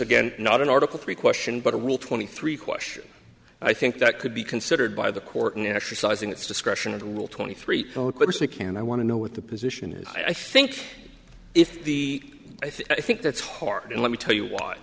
again not an article three question but a week twenty three question i think that could be considered by the court in exercising its discretion of the rule twenty three can i want to know what the position is i think if the i think that's hard and let me tell you w